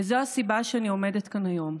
וזו הסיבה שאני עומדת כאן היום.